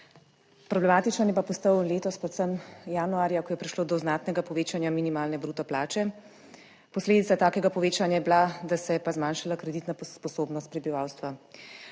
Problematičen je pa postal letos, predvsem januarja, ko je prišlo do znatnega povečanja minimalne bruto plače. Posledica takega povečanja je bila, da se je pa zmanjšala kreditna sposobnost prebivalstva.